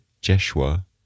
Jeshua